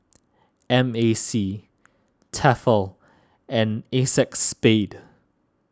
M A C Tefal and Acexspade